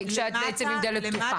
כשאת, בעצם, עם דלת פתוחה.